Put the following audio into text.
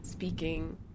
speaking